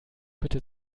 bitte